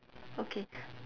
okay